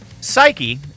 Psyche